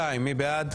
130, מי בעד?